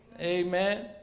Amen